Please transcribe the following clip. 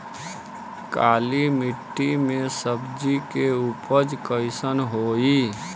काली मिट्टी में सब्जी के उपज कइसन होई?